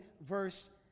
verse